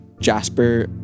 Jasper